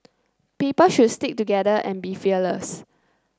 people should stick together and be fearless